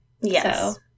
Yes